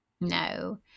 no